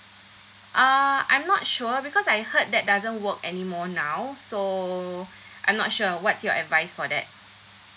uh I'm not sure because I heard that doesn't work anymore now so I'm not sure what's your advice for that